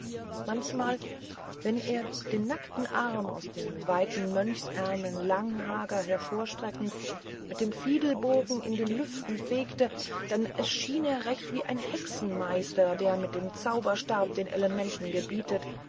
manchmal wenn er den nackten arm aus dem weiten mönchsärmel lang mager hervorstreckend mit dem fiedelbogen in den lüften fegte dann erschien er erst recht wie ein hexenmeister der mit dem zauberstab den elementen gebietet